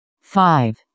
five